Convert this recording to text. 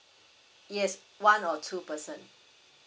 yes one or two person